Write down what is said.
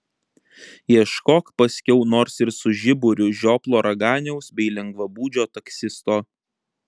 ieškok paskiau nors ir su žiburiu žioplo raganiaus bei lengvabūdžio taksisto